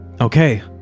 okay